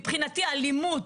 מבחינתי אלימות